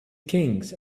kings